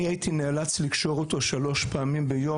אני הייתי נאלצתי לקשור אותו שלוש פעמים ביום